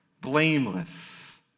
blameless